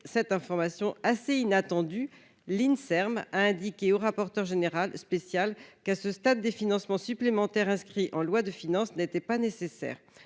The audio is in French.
cette information assez inattendue :« L'Inserm a indiqué au rapporteur spécial qu'à ce stade des financements supplémentaires inscrits en loi de finances n'étaient pas nécessaires